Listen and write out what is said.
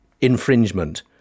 infringement